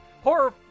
horror